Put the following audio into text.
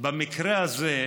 במקרה הזה,